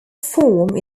form